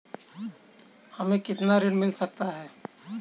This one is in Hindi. हमें कितना ऋण मिल सकता है?